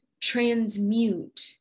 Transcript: transmute